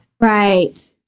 Right